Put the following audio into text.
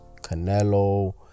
Canelo